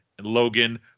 Logan